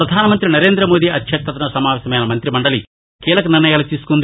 ప్రధానమంతి నరేంద్రమోదీ అధ్యక్షతన సమావేశమైన మంతి మండలి కీలకనిర్ణయాలు తీసుకుంది